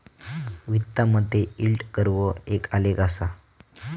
वित्तामधे yield curve एक आलेख असा